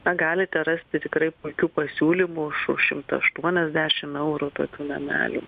na galite rasti tikrai puikių pasiūlymų už už šimtą aštuoniasdešim eurų tokių namelių